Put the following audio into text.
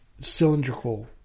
cylindrical